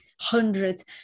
hundreds